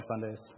Sundays